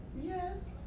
Yes